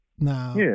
Now